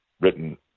written